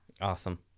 awesome